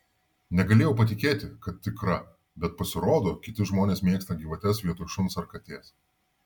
negalėjau patikėti kad tikra bet pasirodo kiti žmonės mėgsta gyvates vietoj šuns ar katės